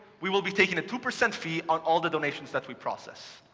we will be taking a two percent fee on all the donations that we process.